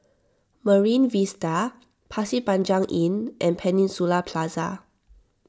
Marine Vista Pasir Panjang Inn and Peninsula Plaza